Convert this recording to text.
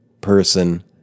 person